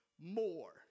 more